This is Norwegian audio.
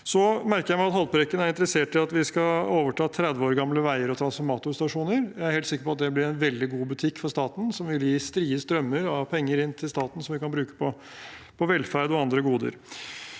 Jeg merker meg at Haltbrekken er interessert i at vi skal overta 30 år gamle veier og transformatorstasjoner. Jeg er helt sikker på at det blir en veldig god butikk for staten, som vil gi staten strie strømmer av penger som vi kan bruke på velferd og andre goder.